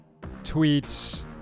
tweets